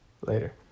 Later